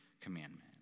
commandment